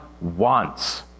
wants